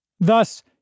Thus